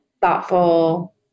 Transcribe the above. thoughtful